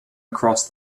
across